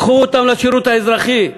קחו אותם לשירות האזרחי,